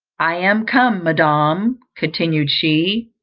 i am come, madam, continued she,